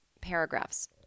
paragraphs